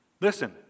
Listen